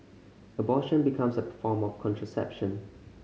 abortion becomes a form of contraception